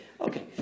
Okay